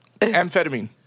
amphetamine